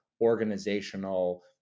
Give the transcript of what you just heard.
organizational